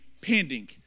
pending